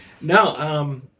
No